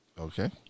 Okay